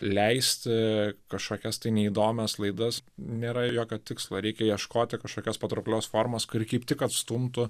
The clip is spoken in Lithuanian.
leisti kažkokias tai neįdomias laidas nėra jokio tikslo reikia ieškoti kažkokios patrauklios formos kuri kaip tik atstumtų